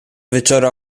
wieczora